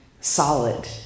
solid